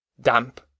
damp